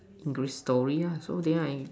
English story ah so then I